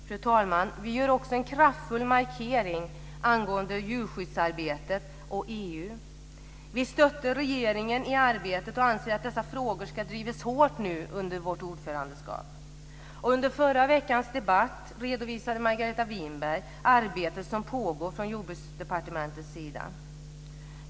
Fru talman! Vi gör också en kraftfull markering angående djurskyddsarbetet och EU. Vi stöttar regeringen i arbetet och anser att dessa frågor ska drivas hårt nu under vårt ordförandeskap. Under förra veckans debatt redovisade Margareta Winberg arbetet som pågår från Jordbruksdepartementets sida.